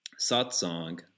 Satsang